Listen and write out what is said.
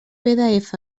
pdf